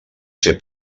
fer